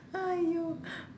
!aiyo!